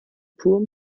purem